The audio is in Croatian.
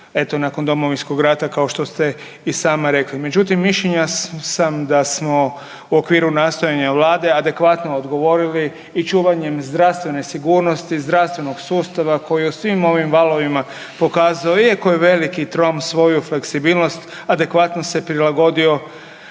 nakon Domovinskog rata, kao što ste i sama rekli, međutim, mišljenja sam da smo u okviru nastojanja Vlade adekvatno odgovorili i čuvanjem zdravstvene sigurnosti, zdravstvenog sustava, koji u svim ovim valovima pokazao, iako je veliki .../Govornik se ne razumije./... svoju fleksibilnost, adekvatno se prilagodio